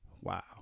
Wow